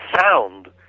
sound